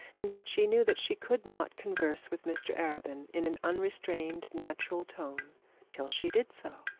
and yet she knew that she could not converse with mr arabin in an unrestrained natural tone till she did so.